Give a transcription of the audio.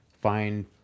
find